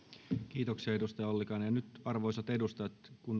kiitoksia edustaja ollikainen ja nyt arvoisat edustajat kun